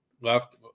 left